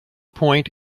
point